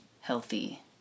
healthy